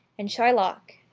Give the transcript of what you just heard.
and shylock,